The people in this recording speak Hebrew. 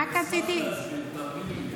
תאמיני לי.